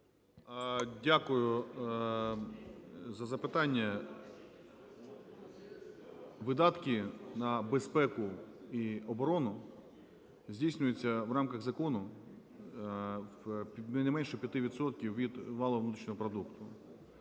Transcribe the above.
Дякую за запитання. Видатки на безпеку і оборону здійснюються в рамках закону не менше 5 відсотків від валового внутрішнього продукту.